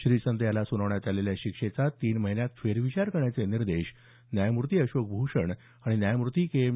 श्रीसंत याला सुनावण्यात आलेल्या शिक्षेचा तीन महिन्यांत फेरविचार करण्याचे निर्देश न्यायमूर्ती अशोक भूषण आणि न्यायमूर्ती के एम